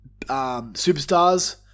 superstars